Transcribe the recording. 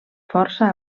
força